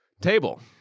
table